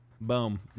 boom